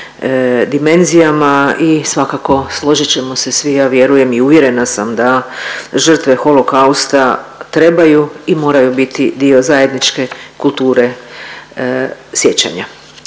dimenzijama i svakako složit ćemo se svi ja vjerujem i uvjerena sam da žrtve Holokausta trebaju i moraju biti dio zajedničke kulture sjećanja.